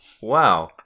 Wow